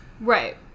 Right